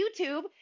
YouTube